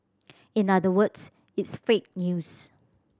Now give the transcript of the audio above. in other words it's fake news